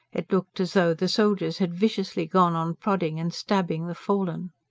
it looked as though the soldiers had viciously gone on prodding and stabbing the fallen.